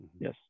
Yes